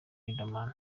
riderman